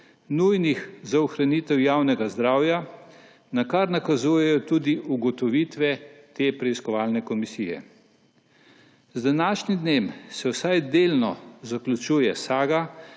nujnih za ohranitev javnega zdravja, na kar nakazujejo tudi ugotovitve te preiskovalne komisije. Z današnjim dnem se vsaj delno zaključuje saga,